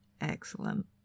Excellent